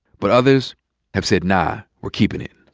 but others have said, nah, we're keepin' it.